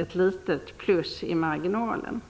ett litet plus i marginalen.